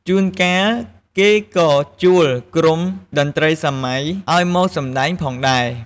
ជួនកាល គេក៏ជួលក្រុមតន្រីសម័យឱ្យមកសម្ដែងផងដែរ។